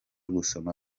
gusoma